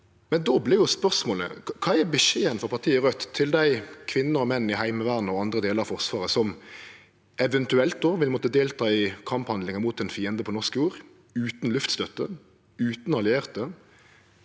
men då vert spørsmålet: Kva er beskjeden frå partiet Raudt til dei kvinner og menn i Heimevernet og andre delar av Forsvaret som eventuelt då vil måtte delta i kamphandlingar mot ein fiende på norsk jord utan luftstøtte, utan allierte?